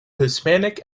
hispanic